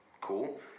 cool